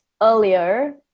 earlier